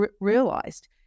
realized